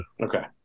okay